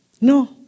No